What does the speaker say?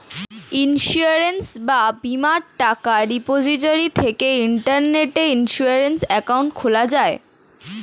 insurance বা বীমার টাকা রিপোজিটরি থেকে ইন্টারনেটে ইন্সুরেন্স অ্যাকাউন্ট খোলা যায়